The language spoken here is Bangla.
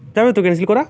যাবে তো ক্যানসেল করা